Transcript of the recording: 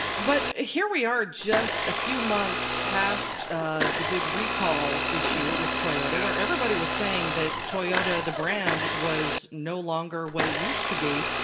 but ah here we are just a few months past the big recall issue with toyota where everybody was saying that toyota the brand was no longer what it used to be,